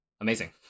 Amazing